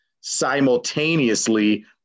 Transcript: simultaneously